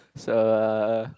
it's a